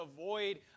avoid